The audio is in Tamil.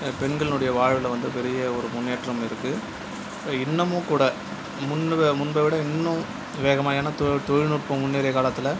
பெண்களினுடைய வாழ்வில் வந்து பெரிய ஒரு முன்னேற்றம் இருக்கு இன்னமும் கூட முன்ப முன்பை விட இன்னும் வேகமாக ஏன்னால் தொழில் நுட்பம் முன்னேறிய காலத்தில்